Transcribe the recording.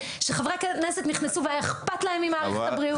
שחברי כנסת נכנסו והיה אכפת להם ממערכת הבריאות.